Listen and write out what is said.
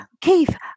Keith